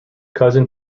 cousin